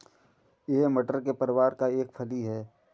यह मटर के परिवार का एक फली है